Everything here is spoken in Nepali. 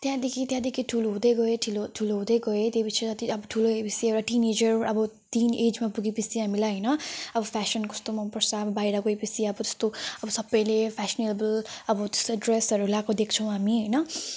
त्यहाँदेखि त्यहाँदेखि ठुलो हुँदै गएँ ठि ठुलो हुँदै गएँ त्यो पछि ती अब ठुलो भए पछि एउटा टिनेजर अब टिन एजमा पुगे पछि हामीलाई होइन अब फ्यासन कस्तो मन पर्छ अब बाहिर गए पछि अब त्यस्तो अब सबैले फ्यासनेबल अब त्यस्तै ड्रेसहरू लगाएको देख्छौँ हामी होइन